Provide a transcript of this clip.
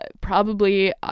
probably-